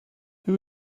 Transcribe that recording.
who